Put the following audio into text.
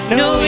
no